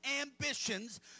ambitions